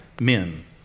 men